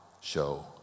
show